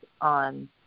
on